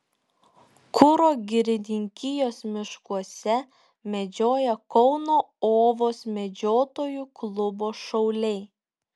kuro girininkijos miškuose medžioja kauno ovos medžiotojų klubo šauliai